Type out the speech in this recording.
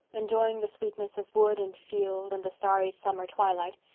enjoying the sweetness of wood and field and the starry summer twilight,